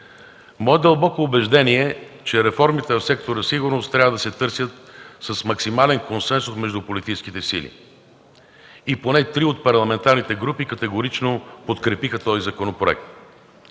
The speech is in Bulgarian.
Мое дълбоко убеждение е, че реформите в сектор „Сигурност” трябва да се търсят с максимален консенсус между политическите сили. И поне три от парламентарните групи категорично подкрепиха този законопроект.